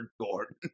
Gordon